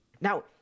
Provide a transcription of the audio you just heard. Now